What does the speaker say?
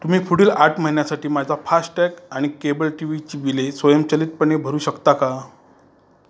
तुम्ही पुढील आठ महिन्यासाठी माझा फास्टॅग आणि केबल टी व्हीची बिले स्वयंचलितपणे भरू शकता का